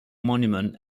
monument